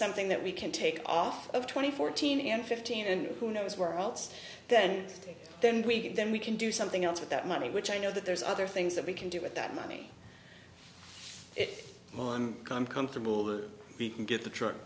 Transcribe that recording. something that we can take off of twenty fourteen and fifteen and who knows where else then then we can then we can do something else with that money which i know that there's other things that we can do with that money if i'm comfortable we can get the truck